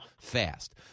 fast